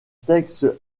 texte